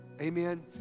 Amen